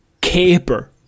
caper